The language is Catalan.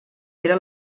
era